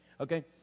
okay